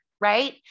right